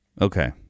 Okay